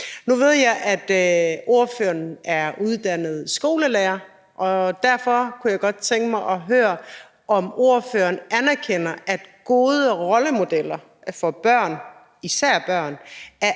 Nu ved jeg, at ordføreren er uddannet skolelærer, og derfor kunne jeg godt tænke mig at høre, om ordføreren anerkender, at gode rollemodeller for børn, især for